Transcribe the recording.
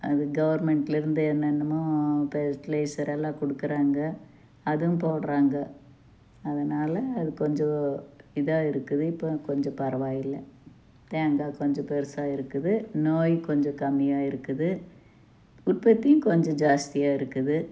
அது கவுர்மெண்ட்டில் இருந்து என்னன்னமோ பெர்டிலைசர் எல்லாம் கொடுக்குறாங்க அதுவும் போடுறாங்க அதனால அது கொஞ்சம் இதாக இருக்குது இப்போ கொஞ்சம் பரவாயில்லை தேங்காய் கொஞ்சம் பெருசாக இருக்குது நோய் கொஞ்சம் கம்மியா இருக்குது உற்பத்தியும் கொஞ்சம் ஜாஸ்தியாக இருக்குது